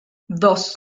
dos